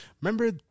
Remember